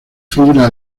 fibra